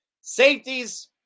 Safeties